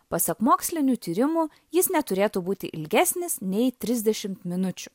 pasak mokslinių tyrimų jis neturėtų būti ilgesnis nei trisdešimt minučių